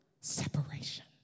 separation